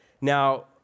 Now